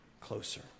closer